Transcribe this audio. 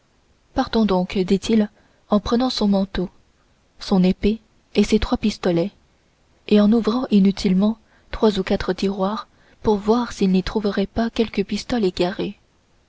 partons donc dit-il en prenant son manteau son épée et ses trois pistolets et en ouvrant inutilement trois ou quatre tiroirs pour voir s'il n'y trouverait pas quelque pistole égarée